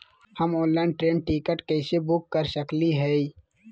हम online train ticket कैसे book कर सकली हई?